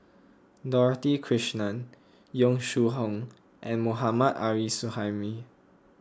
Dorothy Krishnan Yong Shu Hoong and Mohammad Arif Suhaimi